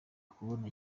kubona